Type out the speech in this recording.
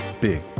big